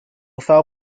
foul